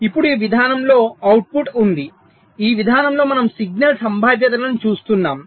ఇప్పుడు ఈ విధానంలో అవుట్పుట్ ఉంది ఈ విధానంలో మనం సిగ్నల్ సంభావ్యతలను చూస్తున్నాము